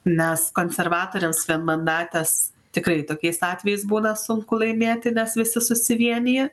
nes konservatoriams vienmandates tikrai tokiais atvejais būna sunku laimėti nes visi susivienija